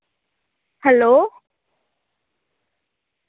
hello